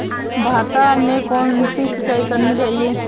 भाता में कौन सी सिंचाई करनी चाहिये?